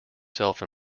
self